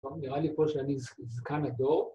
‫נראה לי פה שאני זקן הדור